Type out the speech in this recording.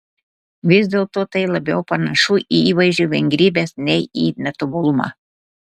vis dėlto tai labiau panašu į įvaizdžio vingrybes nei į netobulumą